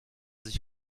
sich